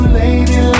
lady